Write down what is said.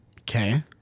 okay